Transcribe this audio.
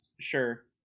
sure